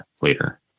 later